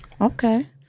Okay